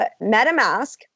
MetaMask